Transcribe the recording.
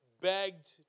begged